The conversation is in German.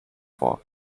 vor